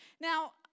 Now